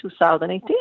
2018